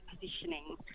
positioning